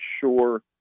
sure